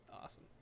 Awesome